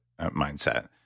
mindset